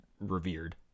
revered